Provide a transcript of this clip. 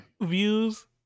Views